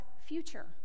future